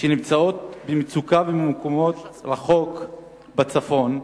שנמצאות במצוקה ובמקומות רחוקים בצפון,